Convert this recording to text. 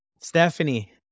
Stephanie